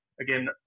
Again